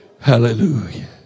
Hallelujah